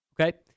Okay